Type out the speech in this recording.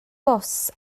bws